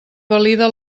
valida